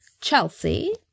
Chelsea